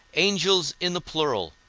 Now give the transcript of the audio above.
angels in the plural,